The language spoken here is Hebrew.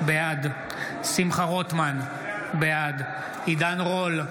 בעד שמחה רוטמן, בעד עידן רול,